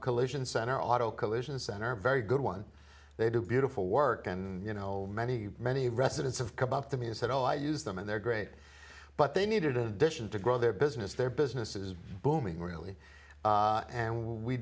collision center auto collision center a very good one they do beautiful work and you know many many residents of come up to me and said oh i use them and they're great but they needed in addition to grow their business their business is booming